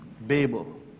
Babel